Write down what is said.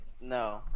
No